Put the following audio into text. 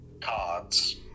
cards